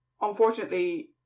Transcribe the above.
unfortunately